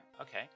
Okay